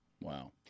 Wow